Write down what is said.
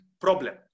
problem